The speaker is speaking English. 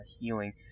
healing